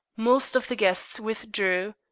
most of the guests withdrew.